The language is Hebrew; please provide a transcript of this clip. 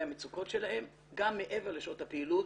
המצוקות שלהן גם מעבר לשעות הפעילות,